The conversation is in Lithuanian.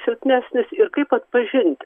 silpnesnis ir kaip atpažinti